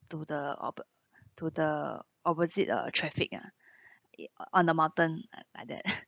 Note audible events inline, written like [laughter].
to the oppo~ to the opposite uh traffic ah it uh on the mountain uh like that [laughs]